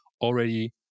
already